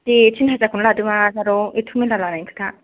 दे तिन हाजारखौनो लादो मा जारौ एथ्त' मेरला लानायनि खोथा